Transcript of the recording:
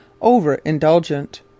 over-indulgent